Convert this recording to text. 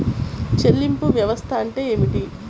చెల్లింపు వ్యవస్థ అంటే ఏమిటి?